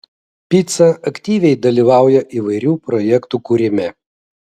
pica aktyviai dalyvauja įvairių projektų kūrime